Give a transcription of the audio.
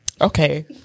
Okay